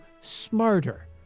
smarter